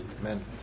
Amen